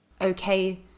okay